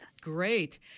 Great